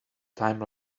time